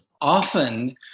often